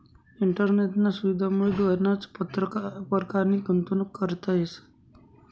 इंटरनेटना सुविधामुये गनच परकारनी गुंतवणूक करता येस